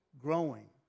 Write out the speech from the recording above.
growing